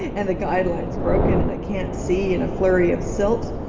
and the guide line's broken, and i can't see in a flurry of silt,